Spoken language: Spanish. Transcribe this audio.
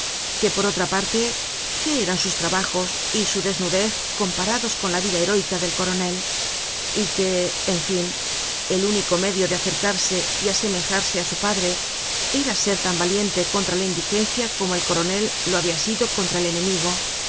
que por otra parte qué eran sus trabajos y su desnudez comparados con la vida heroica del coronel y que en fin el único medio de acercarse y asemejarse á su padre era ser tan valiente contra la indigencia como el coronel lo habia sido contra el enemigo